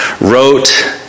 wrote